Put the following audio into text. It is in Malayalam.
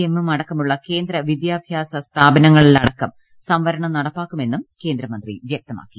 എമ്മും അടക്കമുള്ള കേന്ദ്ര വിദ്യാഭ്യാസ സ്ഥാപനങ്ങളിലടക്കം സംവരണം നടപ്പാക്കുമെന്നും കേന്ദ്രമന്ത്രി വൃക്തമാക്കി